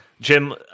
Jim